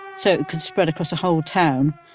so it could spread across the whole town.